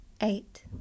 Eight